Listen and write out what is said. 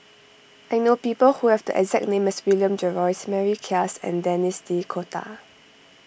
I know people who have the exact name as William Jervois Mary Klass and Denis D'Cotta